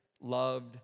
loved